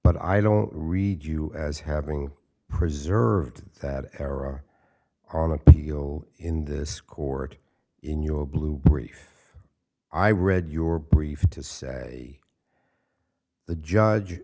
but i don't read you as having preserved that error on appeal in this court in your blue brief i read your brief to say the judge